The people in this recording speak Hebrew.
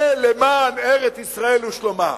זה למען ארץ-ישראל ושלומה.